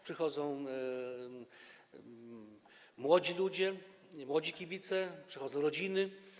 Przychodzą tu młodzi ludzie, młodzi kibice, przychodzą rodziny.